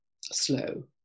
slow